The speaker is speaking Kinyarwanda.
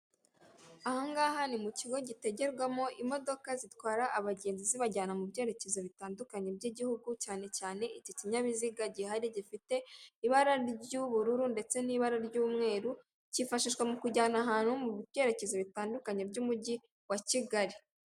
Aha ngaha ni mu kigo gitegerwamo imodoka zitwara abagenzi zibajyana mu byerekezo bitandukanye by'igihugu, cyane cyane iki kinyabiziga gihari gifite ibara ry'ubururu ndetse n'ibara ry'umweru, kifashishwa mu kujyana ahantu mu byerekezo bitandukanye by'umujyi wa Kigali.